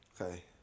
Okay